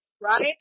right